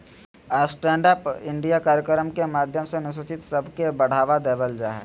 stand up India कार्यक्रम के माध्यम से अनुसूचित सब के बढ़ावा देवल जा हय